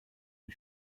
but